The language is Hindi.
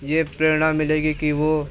यह प्रेरणा मिलेगी कि वह